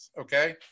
okay